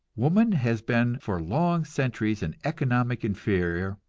woman has been for long centuries an economic inferior,